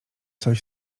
sobie